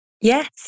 Yes